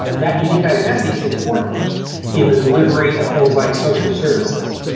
that unique identity is important in the delivery of things like social services.